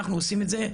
אנחנו עושים את זה.